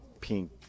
pink